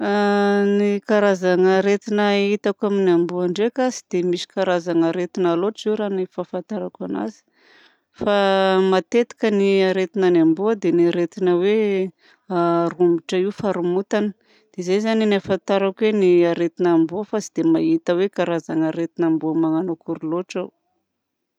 Ny karazana aretina hitako amin'ny amboa ndraika tsy dia misy karazana aretina loatra io raha ny fahafantarako anazy fa matetika ny aretinan'ny amboa dia ny aretina hoe romotra io faharomontana. Dia izay zany ahafantarako hoe aretina amboa fa tsy dia mahita hoe karazana aretina amboa magnano akory loatra aho.